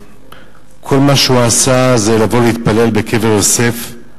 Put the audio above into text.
שכל מה שהוא עשה זה לבוא ולהתפלל בקבר יוסף,